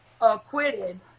acquitted